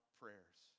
prayers